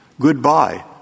goodbye